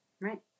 Right